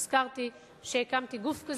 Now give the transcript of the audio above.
הזכרתי שהקמתי גוף כזה.